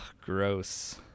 Gross